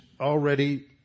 already